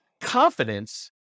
confidence